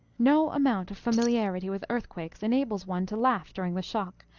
no amount of familiarity with earthquakes enables one to laugh during the shock,